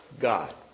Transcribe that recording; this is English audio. God